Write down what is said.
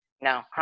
No